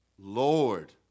Lord